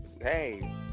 hey